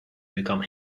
become